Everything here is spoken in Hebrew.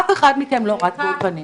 אף אחד מכם לא רץ לאולפנים